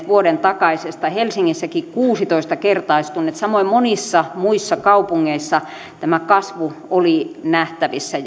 vuoden takaisesta helsingissäkin kuusitoista kertaistuneet samoin monissa muissa kaupungeissa tämä kasvu oli nähtävissä